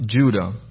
Judah